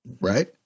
right